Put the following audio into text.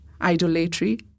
idolatry